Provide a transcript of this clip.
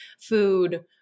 food